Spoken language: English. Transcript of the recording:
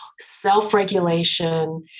self-regulation